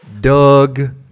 Doug